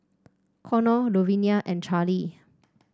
Connor Luvinia and Charlie